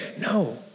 No